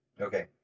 Okay